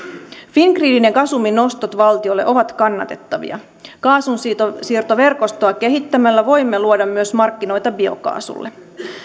fingridin ja gasumin ostot valtiolle ovat kannatettavia kaasunsiirtoverkostoa kehittämällä voimme luoda myös markkinoita biokaasulle